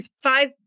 five